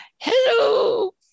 hello